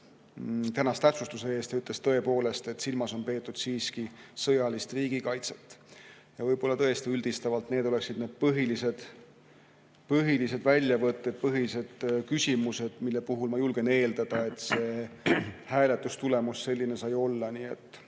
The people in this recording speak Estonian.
tänas täpsustuse eest ja ütles, et tõepoolest, silmas on peetud siiski sõjalist riigikaitset. Võib-olla tõesti üldistavalt olidki need põhilised väljavõtted või põhilised küsimused, mille puhul ma julgen eeldada, et [nende tõttu] hääletustulemus selline sai.